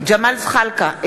ג'מאל זחאלקה,